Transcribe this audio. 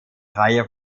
reihe